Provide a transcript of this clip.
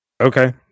Okay